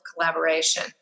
collaboration